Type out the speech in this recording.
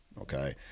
okay